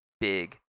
big